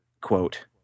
quote